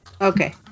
Okay